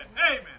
Amen